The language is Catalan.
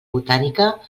botànica